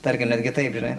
tarkim netgi taip žinai